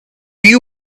you